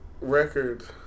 record